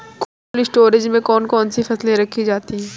Cold storage में कौन कौन सी फसलें रखी जाती हैं?